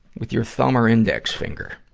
with your thumb or index finger.